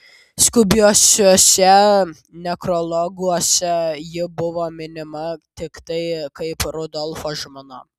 skubiuosiuose nekrologuose ji buvo minima tiktai kaip rudolfo žmona